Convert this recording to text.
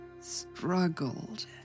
struggled